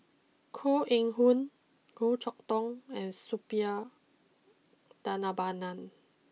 Koh Eng Hoon Goh Chok Tong and Suppiah Dhanabalan